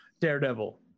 Daredevil